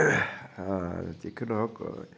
যিকি নহওঁক